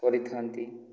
କରିଥାନ୍ତି